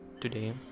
today